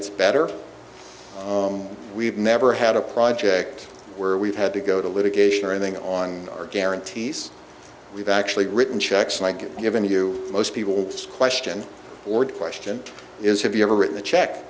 it's better we've never had a project where we've had to go to litigation or anything on our guarantees we've actually written checks like given to you most people this question orde question is have you ever written a check